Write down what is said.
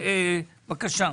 בבקשה.